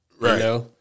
Right